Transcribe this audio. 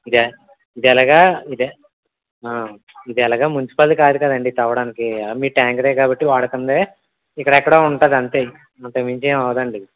ఇదా ఇదే లాగా ఇదా ఇదే లాగా మున్సిపల్ది కాదు కాదండి తవ్వడానికి మీ ట్యాంకుది కాబట్టి వాడుతుంది ఇక్కడ ఎక్కడో ఉంటుంది అంతే అంతకుమించి ఏమి అవ్వదు అండి